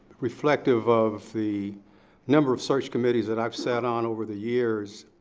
reflective of the number of search committees that i've sat on over the years.